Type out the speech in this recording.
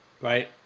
right